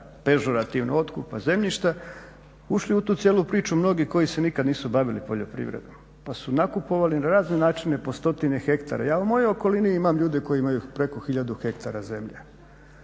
pežurativno otkupa zemljišta ušli u tu cijelu priču mnogi koji se nikad nisu bavili poljoprivredom pa su nakupovali na razne načine po stotine hektara. Ja u mojoj okolini imam ljude koji imaju preko hiljadu hektara zemlje